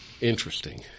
Interesting